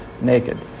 naked